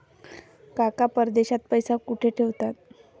काका परदेशात पैसा कुठे ठेवतात?